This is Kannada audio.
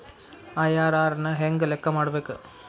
ಐ.ಆರ್.ಆರ್ ನ ಹೆಂಗ ಲೆಕ್ಕ ಮಾಡಬೇಕ?